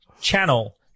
channel